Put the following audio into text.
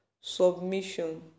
submission